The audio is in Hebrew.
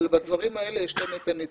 אבל בדברים האלה יש נטייה.